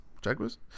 Jaguars